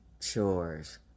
chores